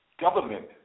government